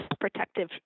protective